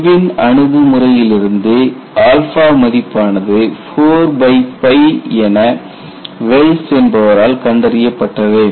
Irwin அணுகுமுறையிலிருந்து மதிப்பானது 4 என வெல்ஸ் என்பவரால் கண்டறியப்பட்டது